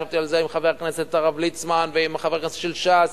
ישבתי על זה עם חבר הכנסת הרב ליצמן ועם חברי הכנסת של ש"ס